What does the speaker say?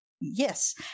Yes